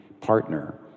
partner